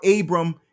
Abram